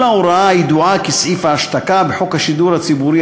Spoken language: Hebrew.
ההוראה הידועה כ"סעיף ההשתקה" בחוק השידור הציבורי,